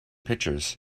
pictures